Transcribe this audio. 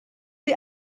sie